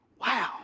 Wow